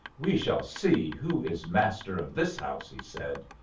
we shall see who is master of this house, he said.